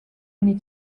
many